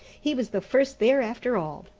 he was the first there after all.